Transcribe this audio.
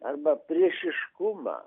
arba priešiškumą